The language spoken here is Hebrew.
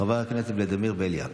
חבר הכנסת ולדימיר בליאק,